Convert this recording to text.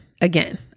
again